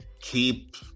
keep